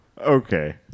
Okay